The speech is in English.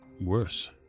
worse